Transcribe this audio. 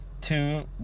Two